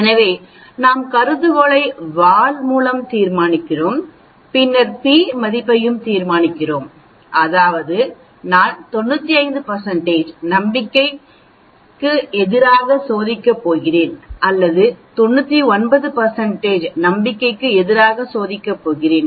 எனவே நாம் கருதுகோளை வால் மூலம் தீர்மானிக்கிறோம் பின்னர் p மதிப்பையும் தீர்மானிக்கிறோம் அதாவது நான் 95 நம்பிக்கைக்கு எதிராக சோதிக்கப் போகிறேன் அல்லது 99 நம்பிக்கைக்கு எதிராக சோதிக்கப் போகிறேன்